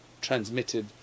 transmitted